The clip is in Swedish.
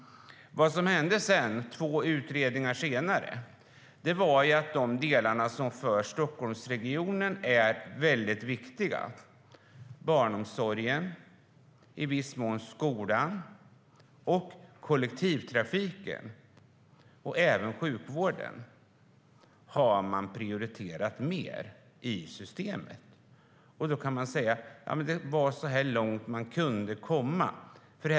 Vad som hände sedan, två utredningar senare, var att de delar som är särskilt viktiga för Stockholmsregionen - barnomsorgen, i viss mån skolan och kollektivtrafiken samt även sjukvården - kom att prioriteras högre i systemet. Det var så här långt man kunde komma, kan man väl säga.